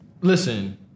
listen